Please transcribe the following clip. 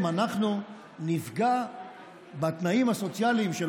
אם אנחנו נפגע בתנאים הסוציאליים של